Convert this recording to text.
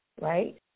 right